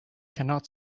cannot